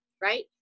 right